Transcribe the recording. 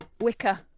wicker